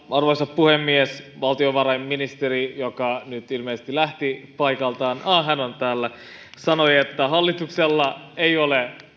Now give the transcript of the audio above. arvoisa puhemies valtiovarainministeri joka nyt ilmeisesti lähti paikaltaan aa hän on täällä sanoi että hallituksella ei ole